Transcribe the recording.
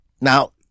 Now